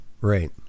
Right